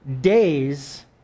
days